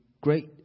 great